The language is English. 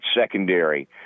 secondary